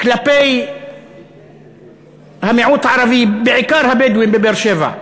כלפי המיעוט הערבי, בעיקר הבדואי, בבאר-שבע.